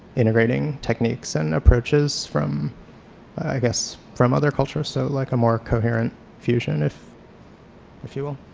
integrating techniques and approaches from i guess from other cultures so like a more coherent fusion if if you will.